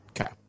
okay